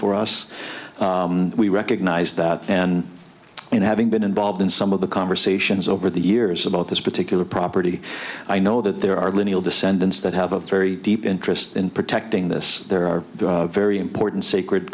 for us we recognize that and you know having been involved in some of the conversations over the years about this particular property i know that there are lineal descendants that have a very deep interest in protecting this there are very important sacred